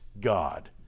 God